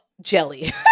jelly